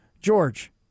George